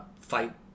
fight